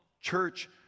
Church